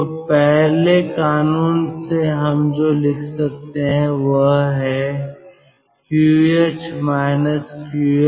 तो पहले कानून से हम जो लिख सकते हैं वह है QH QL W